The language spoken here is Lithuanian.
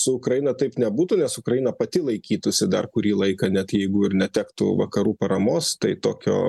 su ukraina taip nebūtų nes ukraina pati laikytųsi dar kurį laiką net jeigu ir netektų vakarų paramos tai tokio